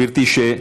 גברתי,